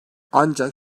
ancak